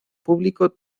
público